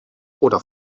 oder